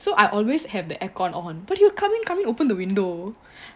so I always have the air con on but he'll come in come in open the window